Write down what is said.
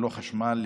ללא חשמל,